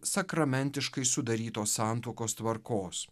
sakramentiškai sudarytos santuokos tvarkos